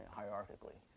hierarchically